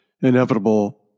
inevitable